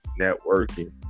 networking